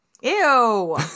Ew